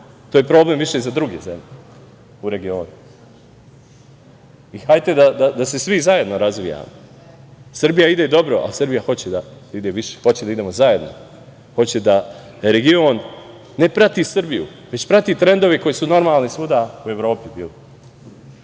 To je problem više za druge zemlje u regionu. Hajde da se svi zajedno razvijamo. Srbija ide dobro, ali Srbija hoće da ide više, hoće da idemo zajedno, hoće da region, ne prati Srbiju, već prati trendove koji su normalni svuda u Evropi